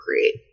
create